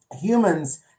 humans